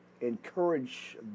encourage